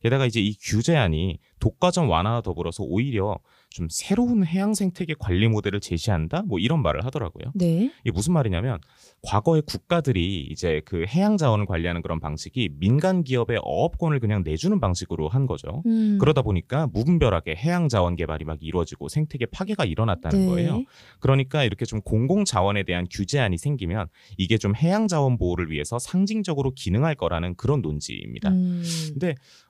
게다가 이제 이 규제안이 독과점 완화와 더불어서 오히려 좀 새로운 해양 생태계 관리 모델을 제시한다? 뭐 이런 말을 하더라고요. 네. 이게 무슨 말이냐면 과거에 국가들이 이제 그 해양 자원을 관리하는 그런 방식이 민간 기업의 어업권을 그냥 내주는 방식으로 한 거죠. 음. 그러다 보니까 무분별하게 해양 자원 개발이 막 이루어지고 생태계 파괴가 일어났다는 네. 거예요. 그러니까 이렇게 좀 공공 자원에 대한 규제안이 생기면 이게 좀 해양 자원 보호를 위해서 상징적으로 기능할 거라는 그런 논지입니다. 음. 근데